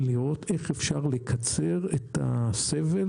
לראות איך אפשר לקצר את הסבל